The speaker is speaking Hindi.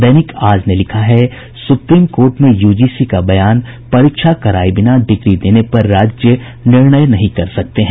दैनिक आज ने लिखा है सुप्रीम कोर्ट में यूजीसी का बयान परीक्षा कराये बिना डिग्री देने पर राज्य निर्णय नहीं कर सकते हैं